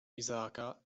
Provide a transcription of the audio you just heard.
izaaka